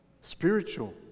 spiritual